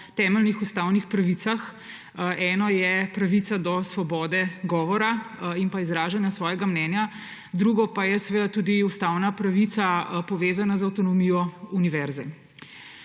temeljnih ustavnih pravicah. Eno je pravica do svobode govora in izražanja svojega mnenja, drugo pa je seveda tudi ustavna pravica, povezana z avtonomijo univerze.